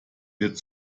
wird